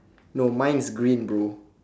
no mine is green bro